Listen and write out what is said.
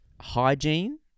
hygiene